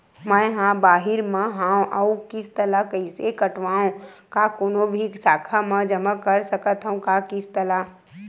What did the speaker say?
मैं हा बाहिर मा हाव आऊ किस्त ला कइसे पटावव, का कोनो भी शाखा मा जमा कर सकथव का किस्त ला?